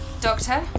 Doctor